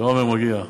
לעמר מגיע.